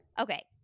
Okay